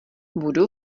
budu